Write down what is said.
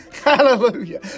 Hallelujah